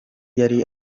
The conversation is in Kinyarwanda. yari